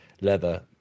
leather